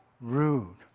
rude